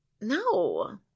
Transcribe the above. No